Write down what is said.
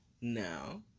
now